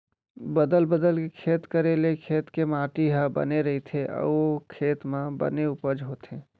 बदल बदल के खेत करे ले खेत के माटी ह बने रइथे अउ ओ खेत म बने उपज होथे